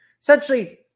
Essentially